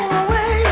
away